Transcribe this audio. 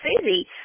Susie